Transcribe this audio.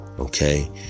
Okay